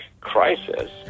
crisis